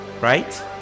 right